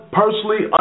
personally